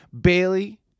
Bailey